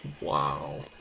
Wow